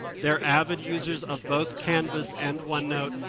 they're avid users of both canvass and one note,